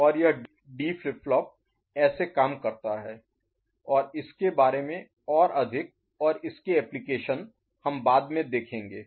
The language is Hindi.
और यह डी फ्लिप फ्लॉप ऐसे काम करता है और इसके बारे में और अधिक और इसके एप्लीकेशन हम बाद में देखेंगे